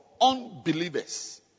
unbelievers